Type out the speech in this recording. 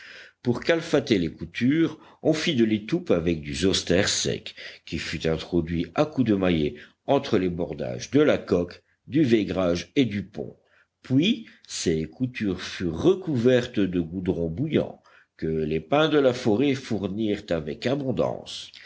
pour calfater les coutures on fit de l'étoupe avec du zostère sec qui fut introduit à coups de maillet entre les bordages de la coque du vaigrage et du pont puis ces coutures furent recouvertes de goudron bouillant que les pins de la forêt fournirent avec abondance